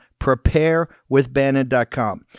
preparewithbannon.com